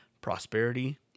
Prosperity